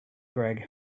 greg